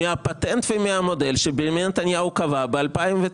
מהפטנט ומהמודל שבנימין נתניהו קבע ב-2009.